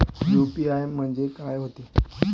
UPI म्हणजे का होते?